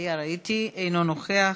היה, ראיתי, אינו נוכח.